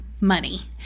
money